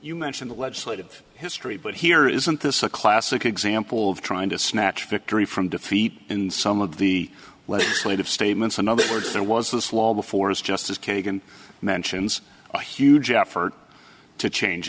you mention the legislative history but here isn't this a classic example of trying to snatch victory from defeat in some of the legislative statements in other words and was this long before his justice kagan mentions a huge effort to change